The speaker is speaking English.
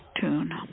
tune